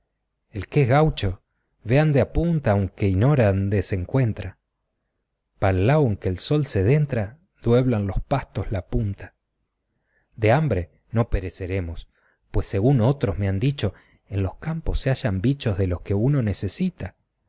el que es gaucho ve ande apunta aunque inora ande se encuentra pa el lao en que el sol se dentra dueblan los pastos la punta de hambre no pereceremos pues sigún otros me han dicho en los campos se hallan bichos de los que uno